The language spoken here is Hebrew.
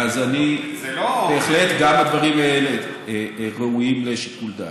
זה לא, בהחלט, גם הדברים האלה לשיקול דעת.